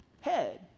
head